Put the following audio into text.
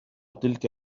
تلك